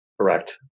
Correct